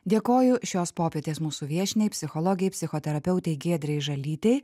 dėkoju šios popietės mūsų viešniai psichologei psichoterapeutei giedrei žalytei